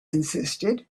insisted